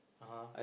(uh huh)